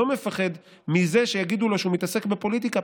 מזה שיגידו לו שהוא מתעסק בפוליטיקה.